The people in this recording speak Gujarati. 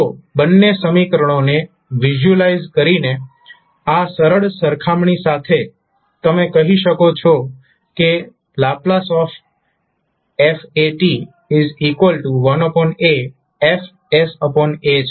તો બંને સમીકરણોને વિઝ્યુલાઇઝ કરીને આ સરળ સરખામણી સાથે તમે કહી શકો છો કે ℒ f1aF છે